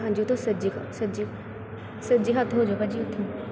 ਹਾਂਜੀ ਉਹਤੋਂ ਸੱਜੇ ਸੱਜੇ ਸੱਜੇ ਹੱਥ ਹੋ ਜਾਓ ਭਾਅ ਜੀ ਉੱਥੋਂ